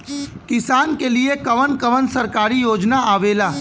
किसान के लिए कवन कवन सरकारी योजना आवेला?